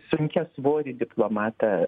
sunkiasvorį diplomatą